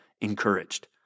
encouraged